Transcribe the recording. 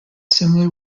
similar